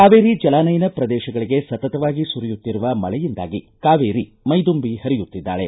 ಕಾವೇರಿ ಜಲಾನಯನ ಪ್ರದೇಶಗಳಿಗೆ ಸತತವಾಗಿ ಸುರಿಯುತ್ತಿರುವ ಮಳೆಯಿಂದಾಗಿ ಕಾವೇರಿ ಮೈದುಂಬಿ ಪರಿಯುತ್ತಿದ್ದಾಳೆ